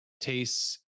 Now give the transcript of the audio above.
tastes